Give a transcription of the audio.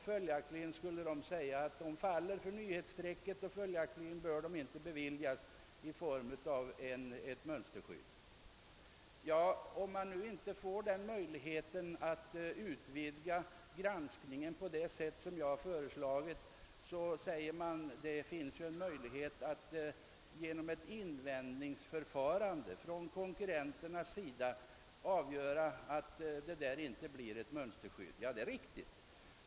Följaktligen skulle man komma satt säga att de faller för nyhetsstrecket och att de inte skulle kunna få något mönsterskydd. Om man nu inte tar den möjligheten att utvidga granskningen på det sätt jag föreslår, säger man att ett invändningsförfarande från konkurrenternas sida kan förhindra beviljande av oberättigat mönsterskydd. Ja, det är riktigt.